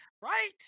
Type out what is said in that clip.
right